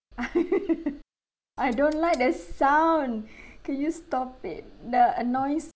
I don't like that sound can you stop it the noise